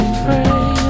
pray